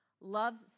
loves